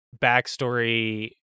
backstory